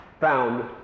found